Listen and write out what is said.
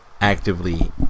actively